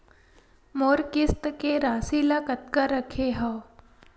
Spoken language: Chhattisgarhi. मोर किस्त के राशि ल कतका रखे हाव?